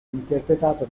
interpretato